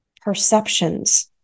perceptions